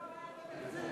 הוא לא אמר מה יהיה בתקציב.